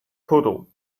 poodle